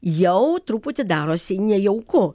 jau truputį darosi nejauku